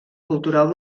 cultural